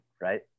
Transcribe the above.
right